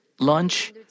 lunch